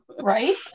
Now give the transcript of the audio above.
Right